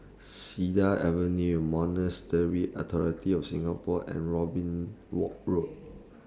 Cedar Avenue Authority of Singapore and Robin Wok Road